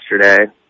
yesterday